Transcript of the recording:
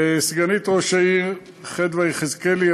סגנית ראש העיר חדוה יחזקאלי,